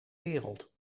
wereld